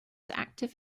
active